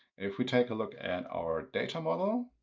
if we take a look at our data model,